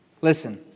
Listen